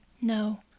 No